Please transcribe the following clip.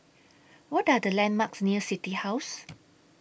What Are The landmarks near City House